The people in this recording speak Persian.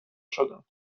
شدم